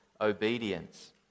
obedience